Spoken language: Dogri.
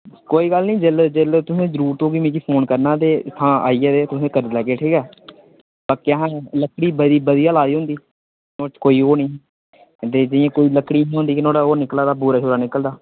कोई गल्ल निं जेल्लै जेल्लै तुसें ई जरूरत होग्गी मिगी फोन करना ते इत्थूं आइयै ते तुसें ई करी लैह्गे ठीक ऐ बाकी असें लकड़ी बधी बधिया लाई दी होंदी नुआढ़े च कोई ओह् निं ते जि'यां कोई लकड़ी नी होंदी कि नुआढ़ा ओह् निकलै दा बूरा शूरा निकलदा